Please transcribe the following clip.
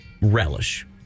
relish